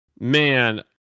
Man